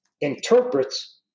interprets